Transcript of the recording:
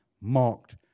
mocked